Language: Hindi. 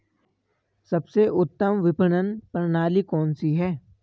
सबसे उत्तम विपणन प्रणाली कौन सी है?